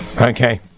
Okay